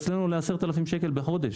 אצלנו עולה 10,000 בחודש,